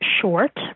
short